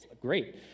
Great